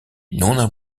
non